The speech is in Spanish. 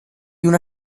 una